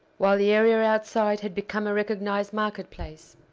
while the area outside had become a recognized market-place.